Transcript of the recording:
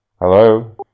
Hello